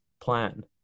plan